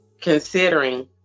considering